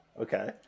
okay